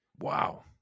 Wow